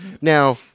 Now